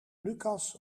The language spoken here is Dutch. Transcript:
lucas